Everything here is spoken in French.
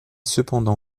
cependant